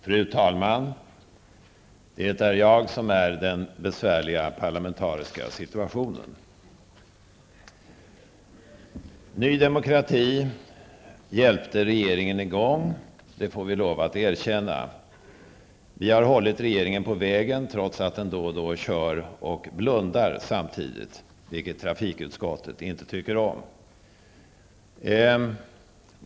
Fru talman! Det är jag som är den besvärliga parlamentariska situationen. Ny Demokrati hjälpte regeringen i gång, det får vi lov att erkänna. Vi har hållit regeringen på vägen, trots att den då och då kör och blundar samtidigt, vilket trafikutskottet inte tycker om.